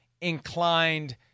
inclined